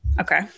Okay